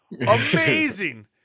Amazing